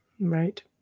Right